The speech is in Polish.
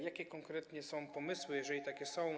Jakie konkretnie są pomysły, jeżeli takie są?